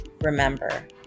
Remember